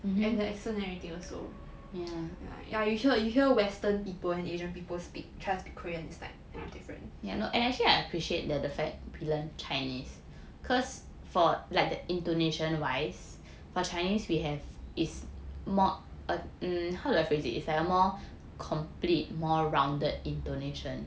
and the accent and everything also yeah like you hear you hear western people and asian people speak try to speak korean it's like damn different